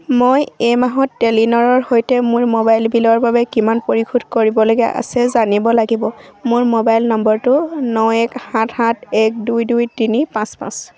মই এই মাহত টেলিনৰ সৈতে মোৰ মোবাইল বিলৰ বাবে কিমান পৰিশোধ কৰিবলগীয়া আছে জানিব লাগিব মোৰ মোবাইল নম্বৰটো ন এক সাত সাত এক দুই দুই তিনি পাঁচ পাঁচ